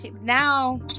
now